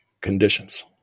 conditions